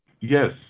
Yes